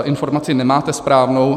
Informaci nemáte správnou.